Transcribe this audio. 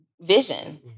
Vision